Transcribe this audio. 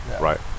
right